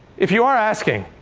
if you are asking,